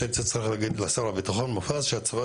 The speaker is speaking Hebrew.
הייתי צריך להגיד לשר הביטחון מופז שהצבא